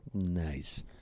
Nice